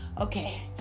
Okay